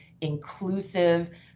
inclusive